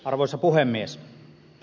arvoisa puhemies